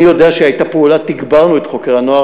אני יודע שתגברנו את חוקרי הנוער.